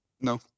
No